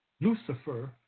Lucifer